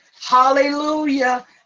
hallelujah